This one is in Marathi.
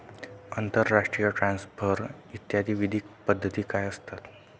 आंतरराष्ट्रीय ट्रान्सफर इत्यादी विविध पद्धती काय असतात?